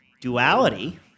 duality